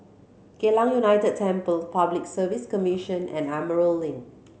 Geylang United Temple Public Service Commission and Emerald Link